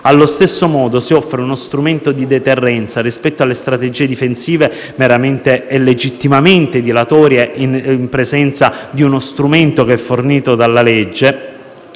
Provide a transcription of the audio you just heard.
Allo stesso modo, si offre uno strumento di deterrenza rispetto alle strategie difensive meramente e legittimamente dilatorie in presenza di uno strumento fornito dalla legge.